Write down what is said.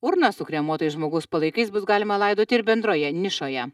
urną su kremuotais žmogaus palaikais bus galima laidoti ir bendroje nišoje